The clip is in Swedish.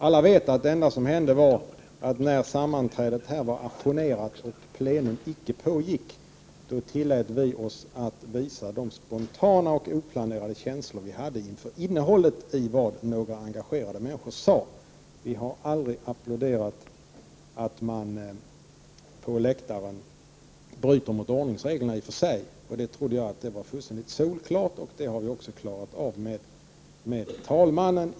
Alla vet att det enda som hände i onsdags var att vi, när sammanträdet här hade ajournerats och plenum alltså icke pågick, tillät oss att spontant och oplanerat visa våra känslor inför innehållet i några engagerade människors uttalanden. Vi applåderar aldrig när någon på läktaren bryter mot ordningsreglerna. Jag trodde att det var fullständigt solklart. Den saken har vi klarat upp med talmannen.